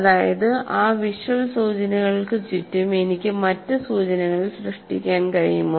അതായത് ആ വിഷ്വൽ സൂചനകൾക്ക് ചുറ്റും എനിക്ക് മറ്റ് സൂചനകൾ സൃഷ്ടിക്കാൻ കഴിയുമോ